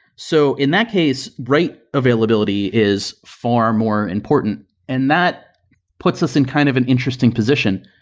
so in that case, write availability is far more important, and that puts us in kind of an interesting position,